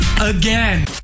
again